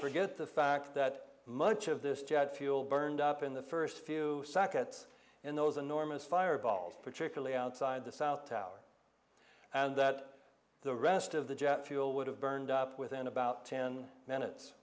forget the fact that much of this jet fuel burned up in the first few sockets in those enormous fireballs particularly outside the south tower and that the rest of the jet fuel would have burned up within about ten minutes